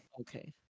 Okay